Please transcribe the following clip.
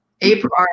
April